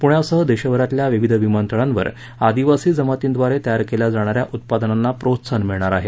प्ण्यासह देशभरातल्या विविध विमानतळांवर आदिवासी जमातींद्वारे तयार केल्या जाणा या उत्पादनांना प्रोत्साहन मिळणार आहे